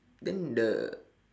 then the